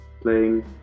playing